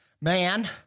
man